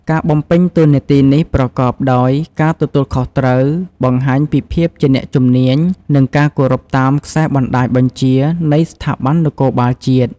ការបំពេញតួនាទីនេះប្រកបដោយការទទួលខុសត្រូវ បង្ហាញពីភាពជាអ្នកជំនាញ និងការគោរពតាមខ្សែបណ្តាញបញ្ជានៃស្ថាប័ននគរបាលជាតិ។